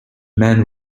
men